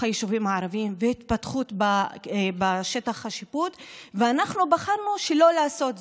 היישובים הערביים והתפתחות בשטח השיפוט ואנחנו בחרנו שלא לעשות זאת.